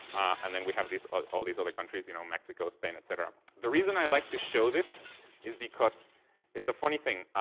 and then we have all these other countries. you know? mexico, spain, etcetera. the reason i like to show this is because it's a funny thing.